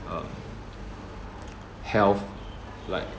uh health like